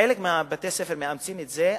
חלק מבתי-הספר מאמצים את זה,